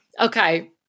Okay